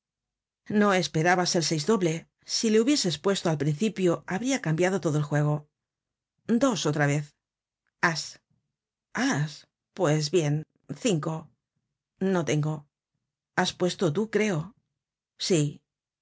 no esperabas el seis doble si le hubiese puesto al principio habria cambiado todo el juego dos otra vez as as pues bien cinco no tengo has puesto tú creo sí